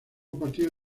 partido